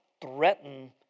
threaten